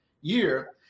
year